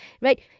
right